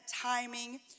timing